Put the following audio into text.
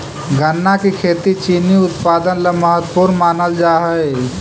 गन्ना की खेती चीनी उत्पादन ला महत्वपूर्ण मानल जा हई